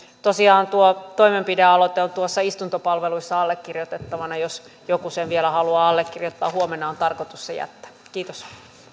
tosiaan tuo toimenpidealoite on tuossa istuntopalveluissa allekirjoitettavana jos joku sen vielä haluaa allekirjoittaa huomenna on tarkoitus se jättää kiitos